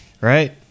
right